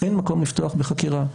אין מקום לפתוח בחקירה,